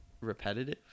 repetitive